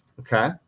Okay